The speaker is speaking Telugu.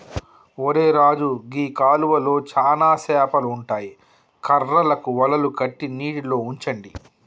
ఒరై రాజు గీ కాలువలో చానా సేపలు ఉంటాయి కర్రలకు వలలు కట్టి నీటిలో ఉంచండి